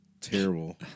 terrible